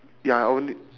ya I only